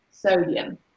sodium